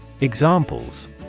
Examples